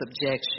subjection